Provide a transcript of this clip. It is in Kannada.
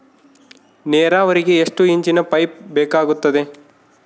ನೇರಾವರಿಗೆ ಎಷ್ಟು ಇಂಚಿನ ಪೈಪ್ ಬೇಕಾಗುತ್ತದೆ?